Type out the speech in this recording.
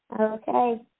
Okay